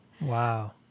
Wow